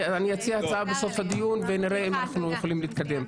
אני אציע הצעה בסוף הדיון ונראה אם אנחנו יכולים להתקדם.